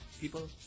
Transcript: people